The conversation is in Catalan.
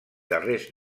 darrers